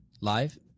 Live